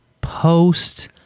post